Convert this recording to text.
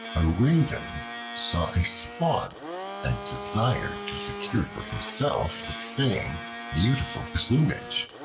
a raven saw a swan and desired to secure for himself the same beautiful plumage.